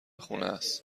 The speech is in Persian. خونست